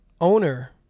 owner